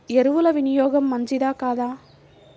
ఎరువుల వినియోగం మంచిదా కాదా?